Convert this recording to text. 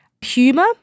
Humor